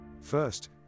First